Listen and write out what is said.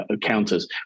counters